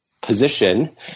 position